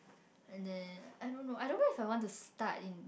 and then I do not know I do not know if I want to start in